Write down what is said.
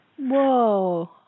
Whoa